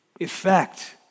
effect